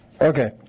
Okay